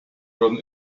run